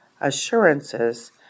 assurances